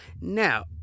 Now